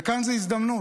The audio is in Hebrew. וכאן זו הזדמנות,